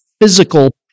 physical